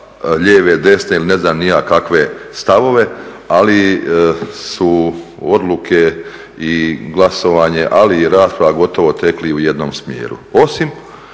lijeve, desne ili ne znam ni ja kakve stavove ali su odluke i glasovanje ali i rasprava gotovo tekli u jednom smjeru.